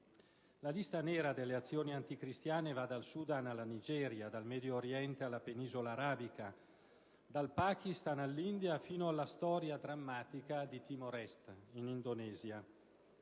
La lista nera delle azioni anticristiane va dal Sudan alla Nigeria, dal Medio Oriente alla penisola arabica, dal Pakistan all'India fino alla storia drammatica di Timor Est, in Indonesia.